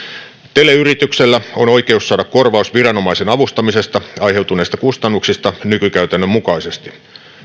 teleyrityksellä on oikeus saada korvaus viranomaisen avustamisesta aiheutuneista kustannuksista nykykäytännön mukaisesti